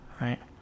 Right